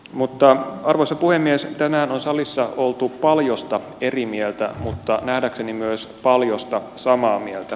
mutta arvoisa puhemies tänään on salissa oltu paljosta eri mieltä mutta nähdäkseni myös paljosta samaa mieltä